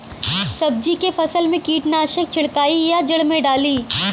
सब्जी के फसल मे कीटनाशक छिड़काई या जड़ मे डाली?